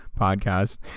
Podcast